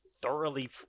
thoroughly